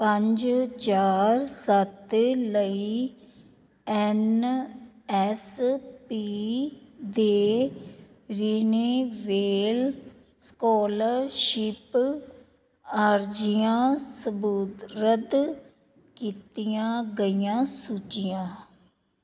ਪੰਜ ਚਾਰ ਸੱਤ ਲਈ ਐੱਨ ਐੱਸ ਪੀ ਦੇ ਰਿਨਿਵੇਲ ਸਕੋਲਰਸ਼ਿਪ ਅਰਜ਼ੀਆਂ ਸਪੁਰਦ ਕੀਤੀਆਂ ਗਈਆਂ ਸੂਚੀਆਂ